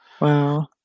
wow